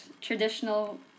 traditional